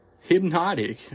Hypnotic